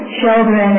children